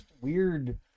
weird